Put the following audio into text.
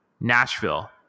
Nashville